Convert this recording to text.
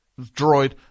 droid